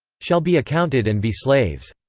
shall be accounted and be slaves.